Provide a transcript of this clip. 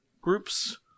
groups